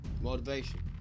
Motivation